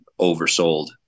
oversold